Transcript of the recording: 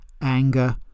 anger